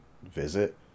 visit